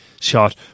shot